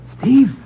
Steve